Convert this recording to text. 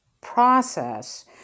process